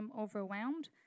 overwhelmed